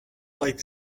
like